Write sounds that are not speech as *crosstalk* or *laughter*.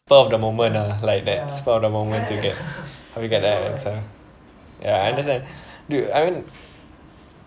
thought of the moment ah like that spur of the moment you get how you get that answer ya I understand *breath* do you I mean